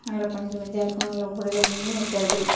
நல்ல பஞ்சு பஞ்சாக இருக்கும் அதில் உள்ளறை முள்ளும் இருக்காது